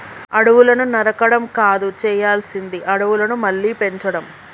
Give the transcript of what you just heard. అడవులను నరకడం కాదు చేయాల్సింది అడవులను మళ్ళీ పెంచడం